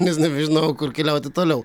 nes nebežinojau kur keliauti toliau